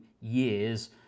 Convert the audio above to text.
years